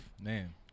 Man